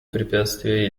препятствия